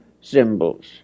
symbols